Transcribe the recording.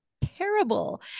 terrible